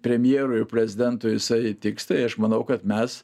premjerui ir prezidentui jisai tiks tai aš manau kad mes